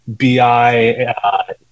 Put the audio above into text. BI